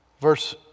Verse